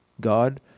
God